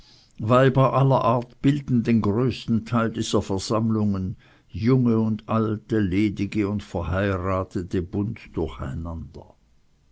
weiber aller art bilden den größten teil dieser versammlungen junge und alte ledige und verheiratete bunt durcheinander